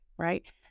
Right